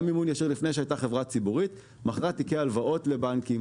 גם מימון ישיר לפני שהיא הייתה חברה ציבורית מכרה תיקי הלוואות לבנקים.